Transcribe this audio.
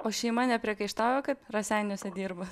o šeima nepriekaištauja kad raseiniuose dirba